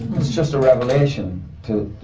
it's just a revelation to.